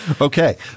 Okay